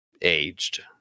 aged